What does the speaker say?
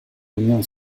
unión